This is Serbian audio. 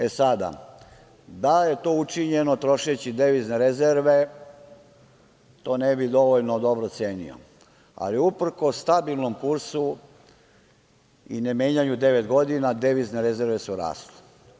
E sada, da je to učinjeno trošeći devizne rezerve to ne bi dovoljno dobro cenio, ali uprkos stabilnom kursu i ne menjanju devet godina devizne rezerve su rasle.